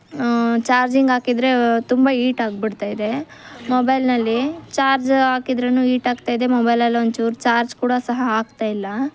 charging ಹಾಕಿದ್ರೆ ತುಂಬ heat ಆಗಿಬಿಡ್ತಾ ಇದೆ ಮೊಬೈಲ್ನಲ್ಲಿ ಚಾರ್ಜ್ ಹಾಕಿದ್ರೂ ಈಟ್ ಆಗ್ತಾ ಇದೆ ಮೊಬೈಲಲ್ಲಿ ಒಂದು ಚೂರು ಚಾರ್ಜ್ ಕೂಡ ಸಹ ಆಗ್ತಾ ಇಲ್ಲ